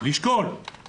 אם